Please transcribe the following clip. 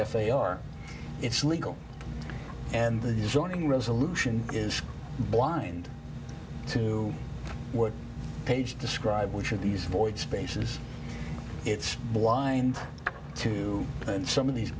if they are it's legal and the zoning resolution is blind to what page describe which of these void spaces it's blind to and some of these